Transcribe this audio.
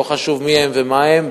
ולא חשוב מי הם ומה הם,